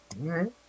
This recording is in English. right